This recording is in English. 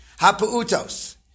hapuutos